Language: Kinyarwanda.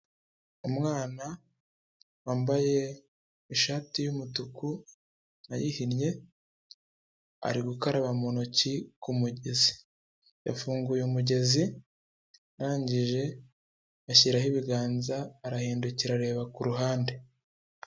Umwana wambaye ishati y'umutuku ayihinnye, ari gukaraba mu ntoki ku mugezi, yafunguye umugezi arangije ashyiraho ibiganza, arahindukira areba ku ruhande.